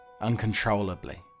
uncontrollably